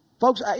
Folks